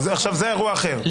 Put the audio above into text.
זה אירוע אחר.